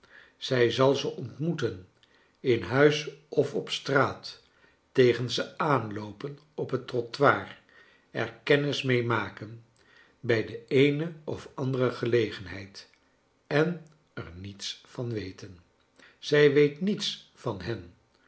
zij zal ze ontmoeten in huis of op straat tegen ze aanloopen op het trottoir er kennis mee maken bij de eene of andere gelegenheid en er niets van weten zij weet niets van hen